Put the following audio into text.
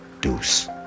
deuce